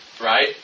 right